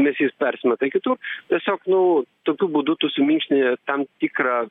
nes jis persimeta į kitur tiesiog nu tokiu būdu tu suminkštini tam tikrą